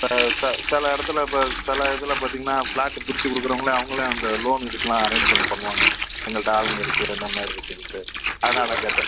இப்போ ச சில இடத்துல இப்போ சில இடத்துல பார்த்தீங்கன்னா ஃப்ளாட்டு பிரிச்சு கொடுக்கறவங்களே அவங்களே அந்த லோன் இதுக்குலாம் அரேஞ்ச்மெண்ட் பண்ணுவாங்க எங்கள்கிட்ட ஆளுங்க இருக்கு அந்த மாதிரி இருக்குன்ட்டு அதனால் தான் கேட்டேன்